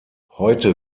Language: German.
heute